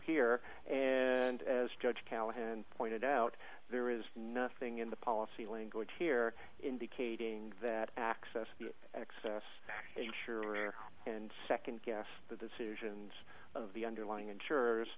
here and as judge callahan pointed out there is nothing in the policy language here indicating that access and access a sure and nd guess the decisions of the underlying insurers